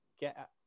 get